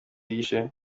yishe